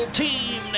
team